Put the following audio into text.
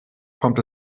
kommt